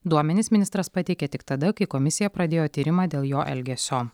duomenis ministras pateikė tik tada kai komisija pradėjo tyrimą dėl jo elgesio